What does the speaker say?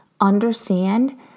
understand